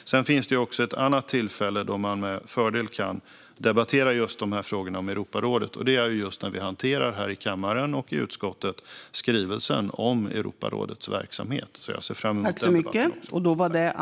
Sedan finns det också ett annat tillfälle då man med fördel kan debattera just de här frågorna om Europarådet. Det är när vi hanterar skrivelsen om Europarådets verksamhet i utskottet och i kammaren. Jag ser fram emot det.